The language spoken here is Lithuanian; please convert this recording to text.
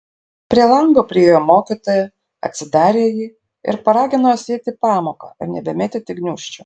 prie lango priėjo mokytoja atsidarė jį ir paragino juos eiti į pamoką ir nebemėtyti gniūžčių